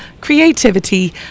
creativity